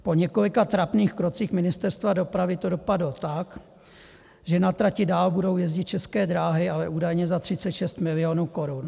Po několika trapných krocích Ministerstva dopravy to dopadlo tak, že na trati dál budou jezdit České dráhy, ale údajně za 36 milionů korun